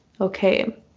Okay